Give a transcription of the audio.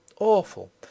awful